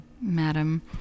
madam